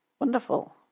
Wonderful